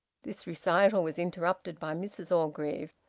this recital was interrupted by mrs orgreave.